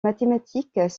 mathématiques